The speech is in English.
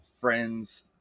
friends